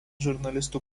žurnalistų